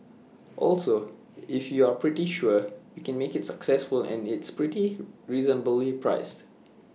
also if you're pretty sure you make IT successful and it's reasonably priced